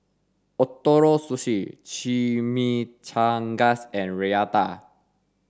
Ootoro Sushi Chimichangas and Raita